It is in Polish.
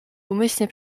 umyślnie